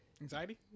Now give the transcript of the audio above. Anxiety